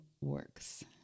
works